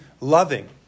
loving